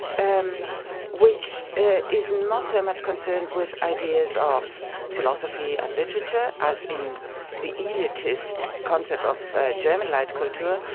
and which is not so much concerned with ideas of philosophy and literature as in the elitist concept of german leitkultur,